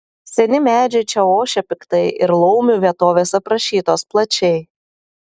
seni medžiai čia ošia piktai ir laumių vietovės aprašytos plačiai